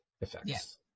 effects